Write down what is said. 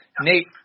Nate